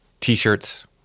T-shirts